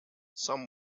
some